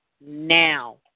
now